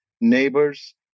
neighbors